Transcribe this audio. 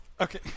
Okay